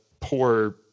poor